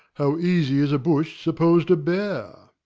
how easy is a bush suppos'd a bear?